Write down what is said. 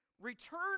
Return